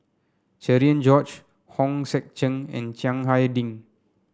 Cherian George Hong Sek Chern and Chiang Hai Ding